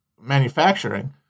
manufacturing